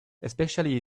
especially